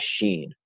machine